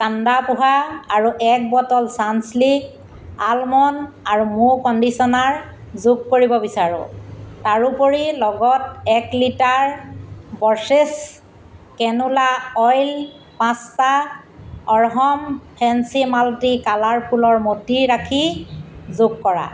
কাণ্ডা পোহা আৰু এক বটল চানচিল্ক আলমণ্ড আৰু মৌ কণ্ডিচণাৰ যোগ কৰিব বিচাৰো তাৰোপৰি লগত এক litre Borges canola oil pasta অৰহম ফেন্সি মাল্টি কালাৰ ফুলৰ মোটি ৰাখি যোগ কৰা